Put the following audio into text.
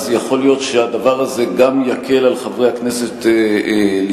יכול להיות שהדבר הזה גם יקל על חברי הכנסת להיות